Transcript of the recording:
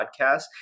podcast